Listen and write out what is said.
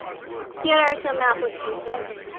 here are some applications.